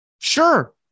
Sure